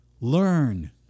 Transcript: Learn